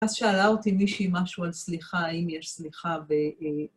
אז שאלה אותי מישהי משהו על סליחה, האם יש סליחה ב...